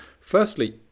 Firstly